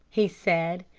he said